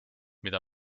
mida